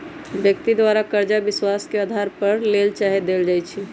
व्यक्ति द्वारा करजा विश्वास के अधार पर लेल चाहे देल जाइ छइ